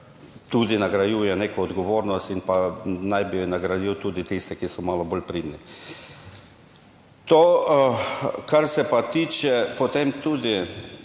tudi nagrajuje neko odgovornost in pa, naj bi nagradil tudi tiste, ki so malo bolj pridni. To, kar se pa tiče potem tudi